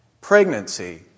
pregnancy